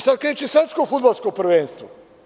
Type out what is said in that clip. Sad kreće svetsko fudbalsko prvenstvo.